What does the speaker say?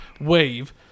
wave